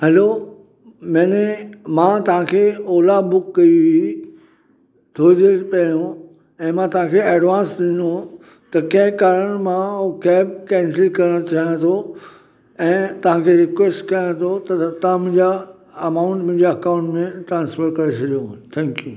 hello मैंने मां तव्हांखे ओला बुक कई हुई थोरी देरि पहिरियों ऐं मां तव्हां खे एडवांस ॾिनो हुओ त कंहिं कारण मां उहो केब केंसिल करणु चाहियां थो ऐं तव्हांखे रिक्वेस्ट कयां थो त तव्हां मुंहिंजा अमाउंट मुंहिंजा अकाउंट में ट्रांस्फर करे छॾियो थैंक्यू